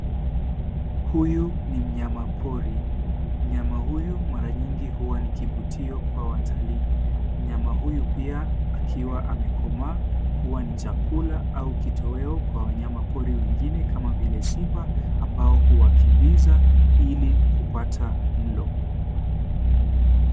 Huyu ni mnyama pori. Mnyama huyu mara nyingi huwa nikivutio kwa watalii. Mnyama huyu pia akiwa amekomaa huwa ni chakula au kitoweo kwa wanyama pori wengine kama vile simba ambao huwakimbiza ili kupata mlo.